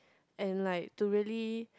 and like to really